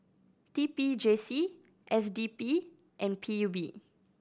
T P J C S D P and P U B